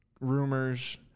rumors